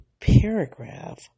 paragraph